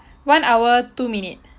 one hour two minute